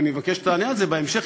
ואני מבקש שתענה על זה בהמשך,